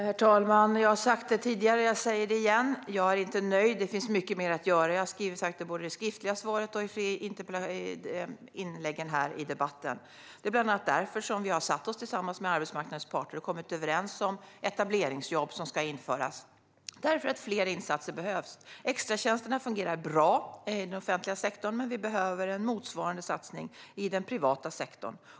Herr talman! Jag har sagt det tidigare, och jag säger det igen: Jag är inte nöjd. Det finns mycket mer att göra. Detta har jag framfört både i det skriftliga interpellationssvaret och i inläggen här i debatten. Bland annat därför har vi satt oss tillsammans med arbetsmarknadens parter och kommit överens om att införa etableringsjobb. Fler insatser behövs. Extratjänsterna fungerar bra inom den offentliga sektorn, men vi behöver en motsvarande satsning i den privata sektorn.